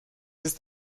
ist